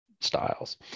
styles